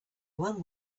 one